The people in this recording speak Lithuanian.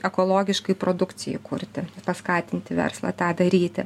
ekologiškai produkcijai kurti paskatinti verslą tą daryti